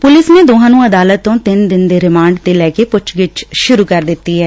police ਨੇ ਦੋਹਾਂ ਨੂੰ ਅਦਾਲਤ ਤੋਂ ਤਿੰਨ ਦਿਨ ਦੇ ਰਿਮਾਂਡ ਤੇ ਲੈ ਕੇ ਪੁੱਛਗਿੱਛ ਸੁਰੂ ਕਰ ਦਿੱਤੀ ਐ